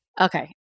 Okay